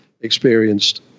experienced